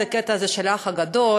והיה הקטע הזה של "האח הגדול",